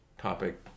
topic